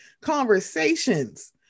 conversations